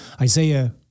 Isaiah